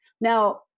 Now